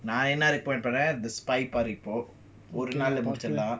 நான்என்ன:nan enna report பண்ணேன்:pannen spy for report ஒருநாள்லமுடிச்சிடலாம்:oru nal laey mudichidalam